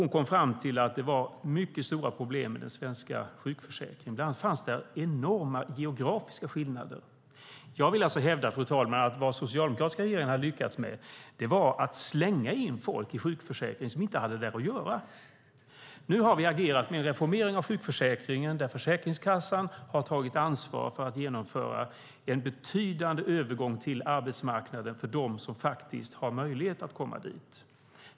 Hon kom fram till att det var mycket stora problem med den svenska sjukförsäkringen. Bland annat fanns det enorma geografiska skillnader. Fru talman! Jag vill alltså hävda att vad den socialdemokratiska regeringen lyckades med var att slänga in folk i sjukförsäkringen - människor som inte hade där att göra. Nu har vi agerat med en reformering av sjukförsäkringen. Försäkringskassan har tagit ansvar för att genomföra en betydande övergång till arbetsmarknaden för dem som faktiskt har möjlighet att komma dit.